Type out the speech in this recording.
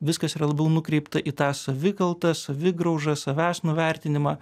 viskas yra labiau nukreipta į tą savikaltą savigraužą savęs nuvertinimą